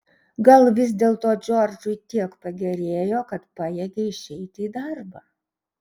gal vis dėlto džordžui tiek pagerėjo kad pajėgė išeiti į darbą